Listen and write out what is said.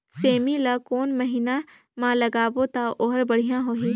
सेमी ला कोन महीना मा लगाबो ता ओहार बढ़िया होही?